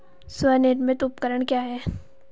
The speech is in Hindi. स्वनिर्मित उपकरण क्या है?